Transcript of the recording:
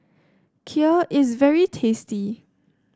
Kheer is very tasty